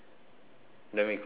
then we go stadium lor